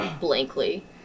blankly